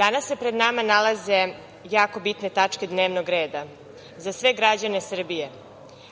danas se pred nama nalaze jako bitne tačke dnevnog reda za sve građane Srbije,